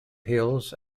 hills